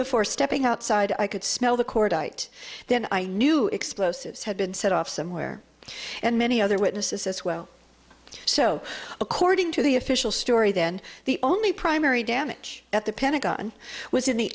before stepping outside i could smell the chordate then i knew explosives had been set off somewhere and many other witnesses as well so according to the official story then the only primary damage at the pentagon was in the